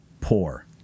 poor